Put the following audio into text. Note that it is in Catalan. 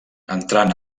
entrant